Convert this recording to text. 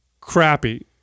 crappy